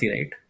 Right